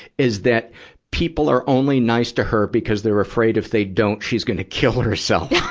is that people are only nice to her because they're afraid if they don't, she's gonna kill herself.